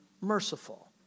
merciful